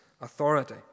authority